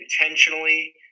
intentionally –